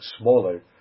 smaller